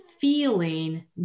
feeling